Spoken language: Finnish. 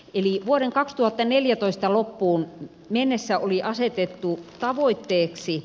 yli vuoden kaksituhattaneljätoista loppuun mennessä oli asetettu tavoitteeksi